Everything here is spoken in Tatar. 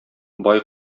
бай